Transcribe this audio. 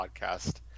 podcast